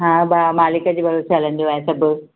हा भाउ मालिक जे भरोसे हलंदो आहे सभु